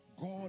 God